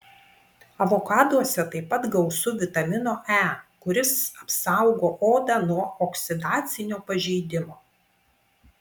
avokaduose taip pat gausu vitamino e kuris apsaugo odą nuo oksidacinio pažeidimo